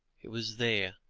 it was there,